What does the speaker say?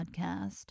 Podcast